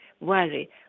worry